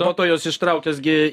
po to juos ištraukęs gi